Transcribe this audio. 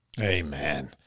Amen